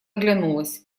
оглянулась